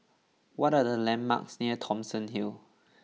what are the landmarks near Thomson Hill